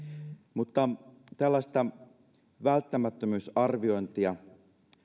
mutta tällaista välttämättömyysarviointia